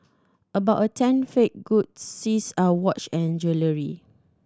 about a tenth fake goods seized are watch and jewellery